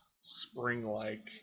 spring-like